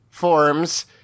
forms